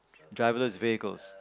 driverless vehicles